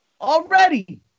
Already